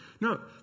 No